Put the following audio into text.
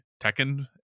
Tekken